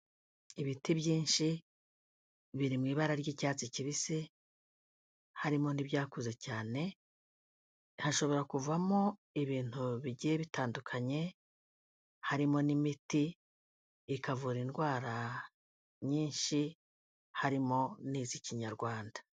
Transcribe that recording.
Ibiti byinshi, biri mu ibara ry'icyatsi kibisi, harimo n'ibyakoze cyane, hashobora kuvamo ibintu bigiye bitandukanye, harimo n'imiti, ikavura indwara nyinshi harimo n'iz'ikinyarwanda.